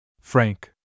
Frank